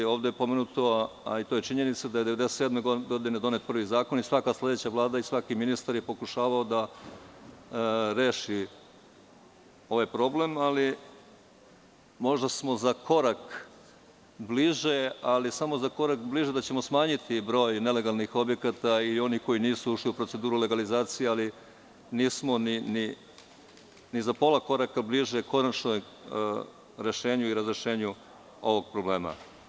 Ovde je pomenuto, a i to je činjenica, da je 1997. godine donet prvi zakon i svaka sledeća Vlada i svaki sledeći ministar je pokušavao da reši ovaj problem, ali možda smo za korak bliže, ali samo za korak bliže, da ćemo smanjiti broj nelegalnih objekata i onih koji nisu ušli u proceduru legalizacije, ali nismo ni za pola koraka bliže konačnom rešenju i razrešenju ovog problema.